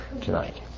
tonight